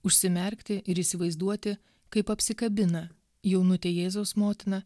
užsimerkti ir įsivaizduoti kaip apsikabina jaunutė jėzaus motina